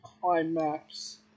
Climax